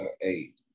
eight